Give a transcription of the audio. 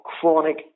chronic